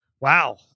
Wow